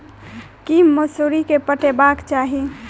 की मौसरी केँ पटेबाक चाहि?